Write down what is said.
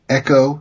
echo